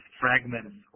fragments